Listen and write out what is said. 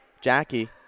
Jackie